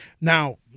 Now